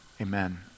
Amen